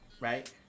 right